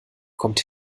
kommt